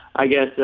i guess,